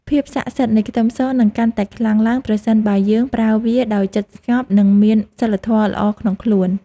ភាពស័ក្តិសិទ្ធិនៃខ្ទឹមសនឹងកាន់តែខ្លាំងឡើងប្រសិនបើយើងប្រើវាដោយចិត្តស្ងប់និងមានសីលធម៌ល្អក្នុងខ្លួន។